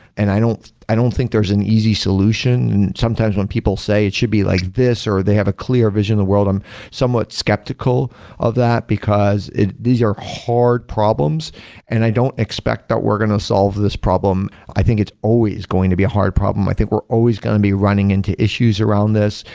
and i don't i don't think there's an easy solution. sometimes when people say it should be like this or they have a clear vision of the world. i'm somewhat skeptical of that, because these are hard problems and i don't expect that we're going to solve this problem. i think it's always going to be a hard problem. i think we're always going to be running into issues around this.